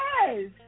Yes